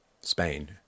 Spain